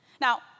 Now